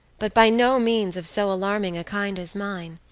but by no means of so alarming a kind as mine.